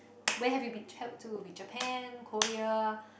where have you been to that would be Japan Korea